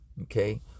okay